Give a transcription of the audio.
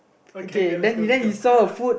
okay K let's go let's go